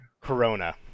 Corona